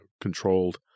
controlled